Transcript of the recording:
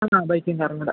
ആ ബൈക്കും കാറും കൂടെ